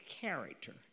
character